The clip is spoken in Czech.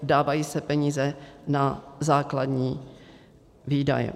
Dávají se peníze na základní výdaje.